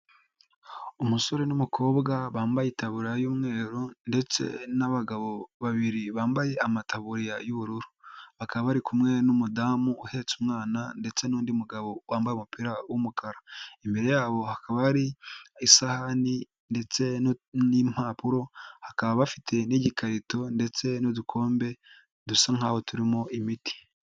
Umusore n'umukobwa bambaye itaburiya y'umweru ndetse n'abagabo babiri bambaye amataburiya y'ubururu, bakaba bari kumwe n'umudamu uhetse umwana ndetse n'undi mugabo wambaye umupira w'umukara, imbere yabo hakaba hari isahani ndetse n'impapuro bakaba bafite n'igikarito ndetse n'udukombe dusa nkaho turimo imiti.